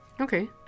Okay